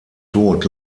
tod